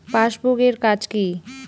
Passbook এর কাজ কি?